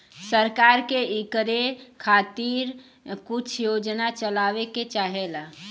सरकार के इकरे खातिर कुछ योजना चलावे के चाहेला